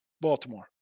Baltimore